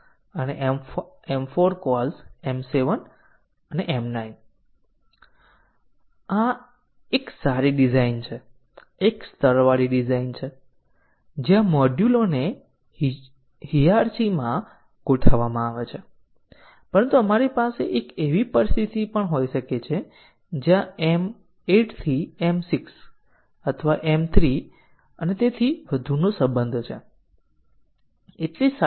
હવે એમ માનીને કે X સ્ટેટમેન્ટનો ઉપયોગ વિવિધ બ્લોકમાં થાય છે આપણી પાસે મોટી સંખ્યામાં સાંકળો હશે પરંતુ પછી આ સાંકળોને આવરી લેવા માટે આપણને માત્ર થોડા રસ્તાઓની જરૂર છે કારણ કે વિવિધ કંટ્રોલ ફલોના માર્ગો પર મલ્ટીપલ સાંકળો થઇ શકે છે